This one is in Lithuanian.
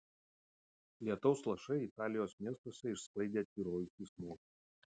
lietaus lašai italijos miestuose išsklaidė tvyrojusį smogą